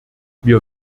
wir